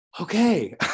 Okay